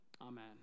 amen